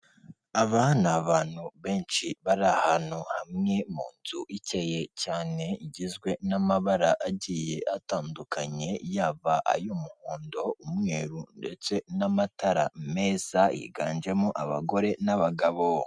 Aba ni abantu benshi bari ahantu hamwe mu nzu ikeye cyane, igizwe n'amabara agiye atandukanye, yaba ay'umuhondo, umweru, ndetse n'amatara meza, higanjemo abagore n'abagabo.